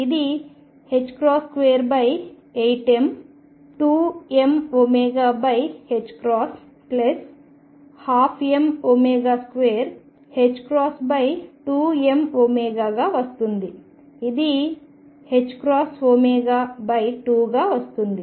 ఇది 28m2mω12m22mω గా వస్తుంది ఇది ℏω2 గా వస్తుంది